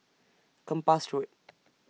Kempas Road